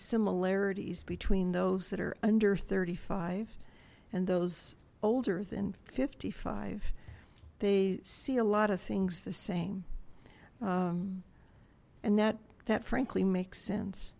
similarities between those that are under thirty five and those older than fifty five they see a lot of things the same and that that frankly makes sense